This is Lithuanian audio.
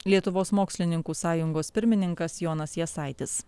lietuvos mokslininkų sąjungos pirmininkas jonas jasaitis